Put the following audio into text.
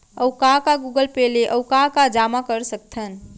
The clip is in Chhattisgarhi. अऊ का का गूगल पे ले अऊ का का जामा कर सकथन?